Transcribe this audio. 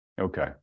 Okay